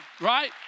right